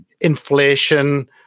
inflation